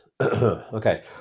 Okay